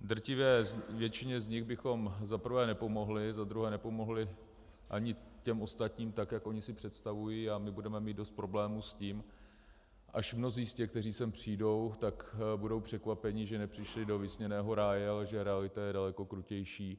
Drtivé většině z nich bychom za prvé nepomohli, za druhé nepomohli ani těm ostatním tak, jak oni si představují, a my budeme mít dost problémů s tím, až mnozí z těch, kteří sem přijdou, budou překvapeni, že nepřišli do vysněného ráje, ale že realita je daleko krutější,